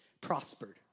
prospered